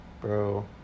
bro